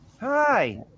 Hi